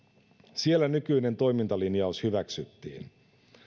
siellä nykyinen toimintalinjaus hyväksyttiin